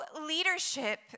leadership